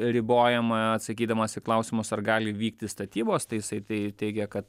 ribojama atsakydamas į klausimus ar gali vykti statybos tai jisai tai teigė kad